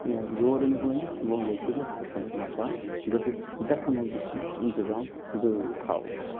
یہِ ہیٚکہِ زور أنِتھ لٕنٛگِس لوٚنٛگ ہیٚکہِ پھٕٹِتھ یِتھ کَنۍ ہیٚکہِ نۄقصان گٔژھِتھ ڈَکھَن ہُنٛد تہِ چھُ اِنتِظام ضوٚروٗری تھاوُن